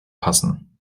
passen